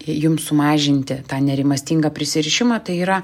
jums sumažinti tą nerimastingą prisirišimą tai yra